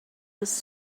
was